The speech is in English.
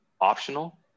optional